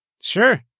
Sure